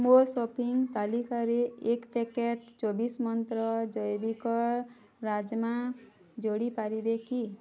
ମୋ ସପିଙ୍ଗ୍ ତାଲିକାରେ ଏକ ପ୍ୟାକେଟ୍ ଚବିଶ୍ ମନ୍ତ୍ର ଜୈବିକ ରାଜ୍ମା ଯୋଡ଼ି ପାରିବେ କି